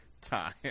time